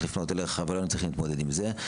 לפנות אליך ולא היינו צריכים להתמודד עם זה.